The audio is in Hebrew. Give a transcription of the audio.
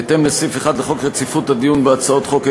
בהתאם לסעיף 1 לחוק רציפות הדיון בהצעות חוק,